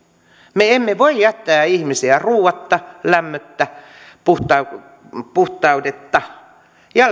me emme voi jättää ihmisiä ruuatta lämmöttä puhtaudetta puhtaudetta ja